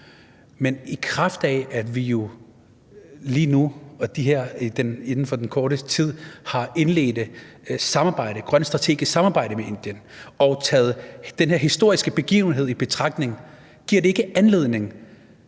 men i kraft af at vi jo lige nu og inden for den korte tid har indledt et grønt strategisk samarbejde med Indien og den her historiske begivenhed taget i betragtning, giver det,